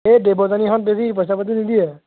এই দেৱযানীহঁত বেছি পইচা পাতি নিদিয়ে